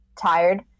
tired